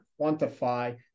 quantify